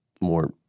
more